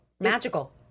Magical